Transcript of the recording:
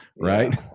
Right